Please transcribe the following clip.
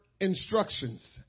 instructions